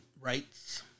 rights